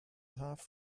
half